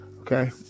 okay